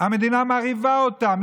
המדינה מרעיבה אותם.